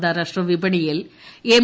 അന്താരാഷ്ട്ര വിപണിയിൽ എം